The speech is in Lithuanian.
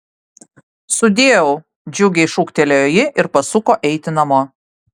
sudieu džiugiai šūktelėjo ji ir pasuko eiti namo